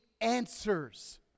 answers